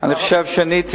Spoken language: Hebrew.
אני חושב שעניתי,